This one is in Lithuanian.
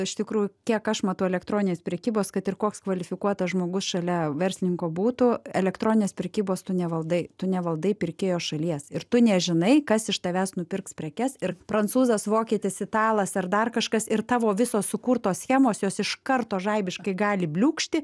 iš tikrųjų kiek aš matau elektroninės prekybos kad ir koks kvalifikuotas žmogus šalia verslininko būtų elektroninės prekybos tu nevaldai tu nevaldai pirkėjo šalies ir tu nežinai kas iš tavęs nupirks prekes ir prancūzas vokietis italas ar dar kažkas ir tavo visos sukurtos schemos jos iš karto žaibiškai gali bliūkšti